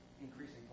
increasing